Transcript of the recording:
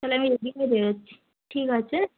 তালে আমি রেডি হয়ে বেরোচ্ছি ঠিক আছে